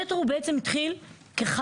המטרו הוא בעצם התחיל כחלום,